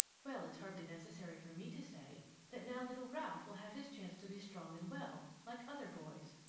well, it's hardly necessary for me to say that now little ralph will have his chance to be strong and well, like other boys,